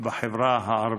בחברה הערבית.